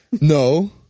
No